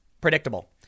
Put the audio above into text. Predictable